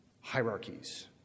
hierarchies